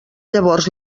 llavors